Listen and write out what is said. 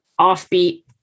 offbeat